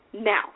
now